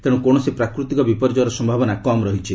ତେଣ୍ଡ କୌଣସି ପ୍ରାକୃତିକ ବିପର୍ଯ୍ୟୟର ସମ୍ଭାବନା କମ୍ ରହିଛି